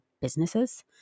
businesses